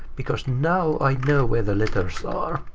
because now i know where the letters are.